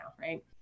right